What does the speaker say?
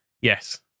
Yes